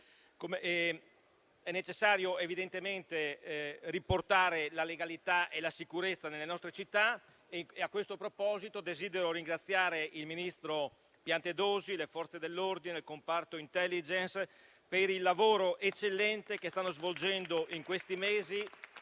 evidentemente riportare la legalità e la sicurezza nelle nostre città e a questo proposito desidero ringraziare il ministro Piantedosi, le Forze dell'ordine e il comparto *intelligence* per il lavoro eccellente che stanno svolgendo in questi mesi